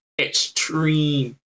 extreme